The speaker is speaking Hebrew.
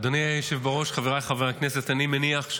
אדוני היושב בראש, חבריי חברי הכנסת, אני מניח,